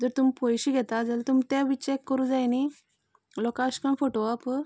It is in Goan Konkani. जर तुमी पयशें घेतात जाल्यार तुमी तें बी चेक करूंक जाय न्ही लोकांक अशें करून फटोवप